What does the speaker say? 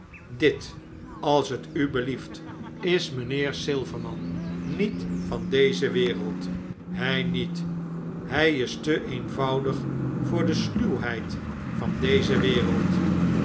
dit als t u belieft is mynheer silverman met van deze wereld hy niet i hy is te eenvoudig voor de sluwheid van deze wereld